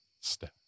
step